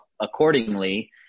accordingly